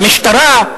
משטרה,